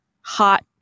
hot